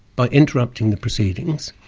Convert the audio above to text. by interrupting the proceedings,